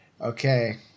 Okay